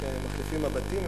כשמחליפים מבטים,